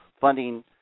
funding